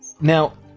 Now